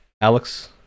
Alex